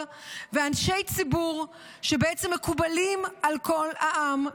ואנשי ציבור שבעצם מקובלים על כל העם.